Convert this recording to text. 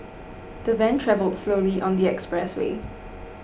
the van travelled slowly on the expressway